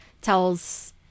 tells